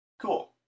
cool